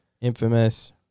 Infamous